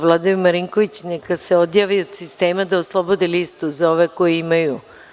Vladimir Marinković neka se odjavi iz sistema da oslobodi listu za ove koji imaju.